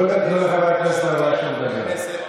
תיקח את כלל הדיבור שלי כאן מעל בימת הכנסת.